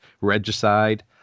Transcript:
Regicide